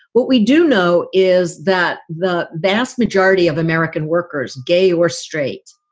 what we do know is that the vast majority of american workers, gay or straight,